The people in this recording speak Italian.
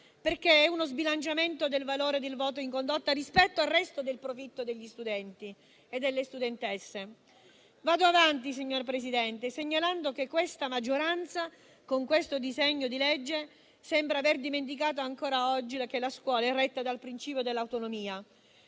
perché è uno sbilanciamento del valore del voto in condotta rispetto al resto del profitto degli studenti e delle studentesse. Vado avanti, signor Presidente, segnalando che questa maggioranza, con il disegno di legge in esame, sembra aver dimenticato ancora oggi che la scuola è retta dal principio dell'autonomia.